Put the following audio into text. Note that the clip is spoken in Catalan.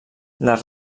les